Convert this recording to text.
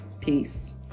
Peace